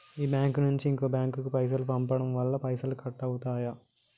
మీ bank నుంచి ఇంకో bank కు పైసలు పంపడం వల్ల పైసలు కట్ అవుతయా?